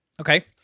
Okay